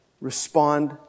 Respond